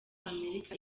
amerika